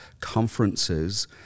conferences